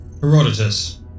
Herodotus